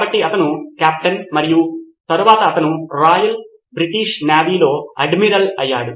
కాబట్టి విద్యార్థులు మరియు ఉపాధ్యాయులు రిపోజిటరీని కలిగి ఉంటారు